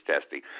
testing